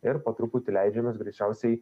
ir po truputį leidžiamės greičiausiai